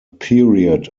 period